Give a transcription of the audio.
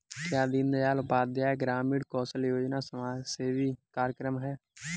क्या दीनदयाल उपाध्याय ग्रामीण कौशल योजना समावेशी कार्यक्रम है?